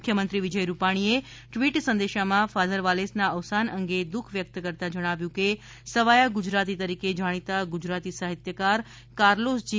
મુખ્યમંત્રી વિજય રૂપાણીએ ટ્વીટ સંદેશામાં ફાધર વાલેસના અવસાન અંગે દુઃખ વ્યક્ત કરતાં જણાવ્યું છે કે સવાયા ગુજરાતી તરીકે જાણીતા ગુજરાતી સાહિત્યકાર કાર્લોસ જી